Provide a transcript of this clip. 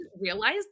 realize